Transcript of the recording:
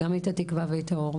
וגם את התקווה ואת האור.